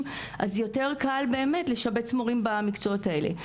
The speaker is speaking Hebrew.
אז יותר קל באמת לשבץ מורים במקצועות האלה.